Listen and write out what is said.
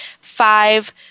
five